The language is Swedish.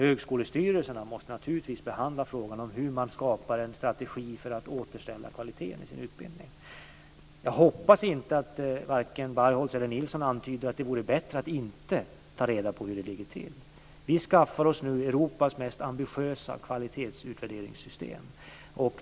Högskolestyrelserna måste naturligtvis behandla frågan om hur man skapar en strategi för att återställa kvaliteten i utbildningen. Jag hoppas att varken Bargholtz eller Nilsson antyder att det vore bättre att inte ta reda på hur det ligger till. Vi skaffar oss nu Europas absolut mest ambitiösa kvalitetsutvärderingssystem.